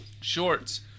shorts